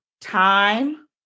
time